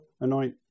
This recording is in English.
anoint